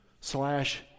slash